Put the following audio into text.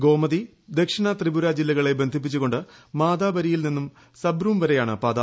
ഗോമതി ദക്ഷിണ ത്രിപുര ജില്ലകളെ ബന്ധിപ്പിച്ചുകൊണ്ട് മാതാബരിയിൽ നിന്ന് സബ്രൂം വരെയാണ് പാത